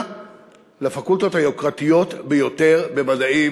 לפקולטות היוקרתיות ביותר במדעים,